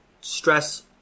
stress